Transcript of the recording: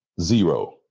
zero